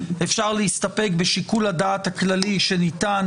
אפשר להסתפק בשיקול הדעת הכללי שניתן